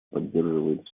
поддерживает